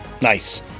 nice